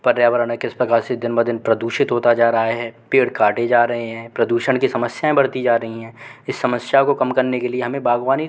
पर्यावरण यह किस प्रकार से दिन ब दिन प्रदूषित होता जा रहा है पेड़ काटे जा रहे हैं प्रदूषण की समस्याऍं बढ़ती जा रही हैं इस समश्या को कम करने के लिए हमें बाग़बानी